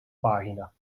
pagina